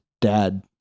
dad